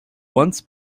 once